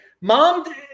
Mom